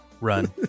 Run